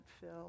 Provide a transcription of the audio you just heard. fill